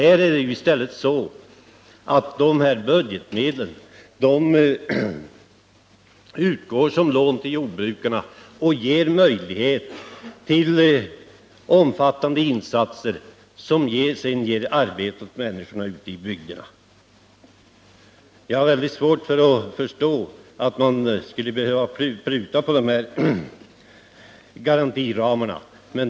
I stället utgår dessa budgetmedel såsom lån till jordbrukarna och ger dem möjlighet till omfattande insatser, som sedan ger arbete åt människorna ute i bygderna. Jag har väldigt svårt att förstå att man skulle behöva pruta på dessa garantiramar.